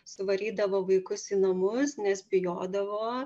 suvarydavo vaikus į namus nes bijodavo